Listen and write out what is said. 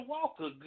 Walker